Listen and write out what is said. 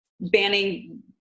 banning